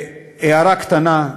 הערה קטנה,